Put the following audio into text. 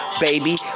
baby